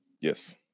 Yes